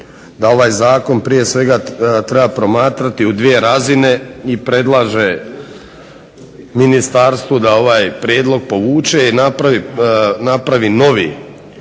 da ovaj zakon prije svega treba promatrati u dvije razine i predlaže ministarstvu da ovaj prijedlog povuče i napravi novi